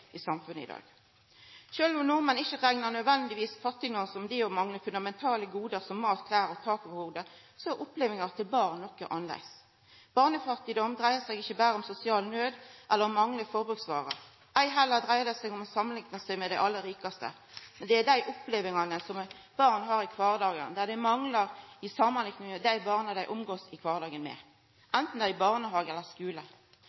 i samfunnet i dag. Sjølv om nordmenn ikkje nødvendigvis reknar fattigdom som noko anna enn det å mangla fundamentale gode som mat, klede og tak over hovudet, er opplevinga til barn noko annleis. Barnefattigdom dreier seg ikkje berre om sosial nød eller å mangla forbruksvarer, heller ikkje om å samanlikna seg med dei aller rikaste, men om dei opplevingane som barn har i kvardagen, det dei manglar i samanlikning med dei barna dei omgåst i kvardagen, anten det er